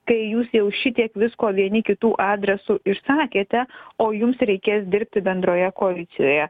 kai jūs jau šitiek visko vieni kitų adresu išsakėte o jums reikės dirbti bendroje koalicijoje